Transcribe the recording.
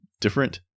different